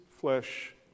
flesh